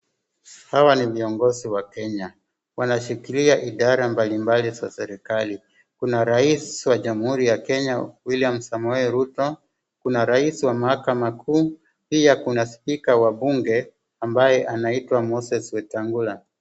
Hawa ni viongozi wa Kenya ,wanashikilia idara mbali mbali za serikali. Kuna raisi wa jamhuri ya Kenya William Samoei Ruto, kuna raisi wa mahakama kuu pia kuna spika wa bunge ambaye anaitwa Moses Wetangula.